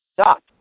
stop